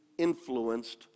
Influenced